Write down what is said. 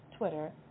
Twitter